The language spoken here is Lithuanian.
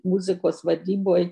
muzikos vadyboj